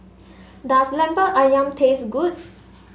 does Lemper ayam taste good